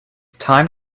time